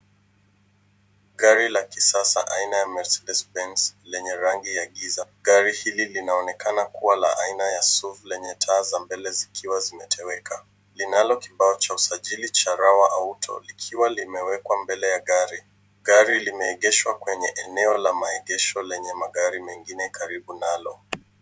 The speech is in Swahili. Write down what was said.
Gari la kisasa aina ya Mercedes Benz lenye rangi ya giza. Gari hili linaonekana kuwa la aina ya SUV lenye taa za mbele zikiwa zimewekwa. Linalo kibao cha usajili cha Rawa Auto likiwa limewekwa mbele ya gari. Gari limeegeshwa kwenye eneo la maegesho lenye magari mengine karibu nalo.